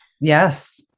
Yes